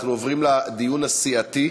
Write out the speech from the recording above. אנחנו עוברים לדיון הסיעתי.